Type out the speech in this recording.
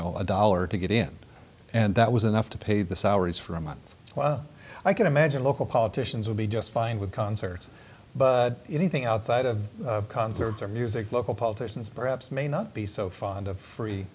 know a dollar to get in and that was enough to pay the salaries for a month i can imagine local politicians would be just fine with concerts but anything outside of concerts or music local politicians perhaps may not be so fond of